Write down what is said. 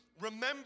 remember